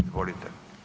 Izvolite.